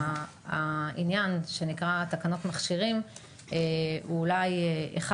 העניין שנקרא תקנות מכשירים הוא אולי אחד